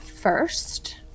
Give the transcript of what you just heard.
first